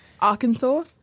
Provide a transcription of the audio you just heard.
Arkansas